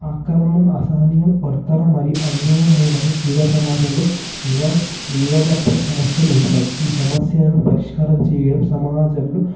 అక్రమం అసహనీయం వర్తన మరి అన్యాయం మూలంగా క్రీడ సమాజంలో వివాదాత్మక సమస్యలు ఉంటాయి ఈ సమస్యను పరిష్కారం చేయడం సమాజంలో